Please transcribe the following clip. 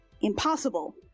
impossible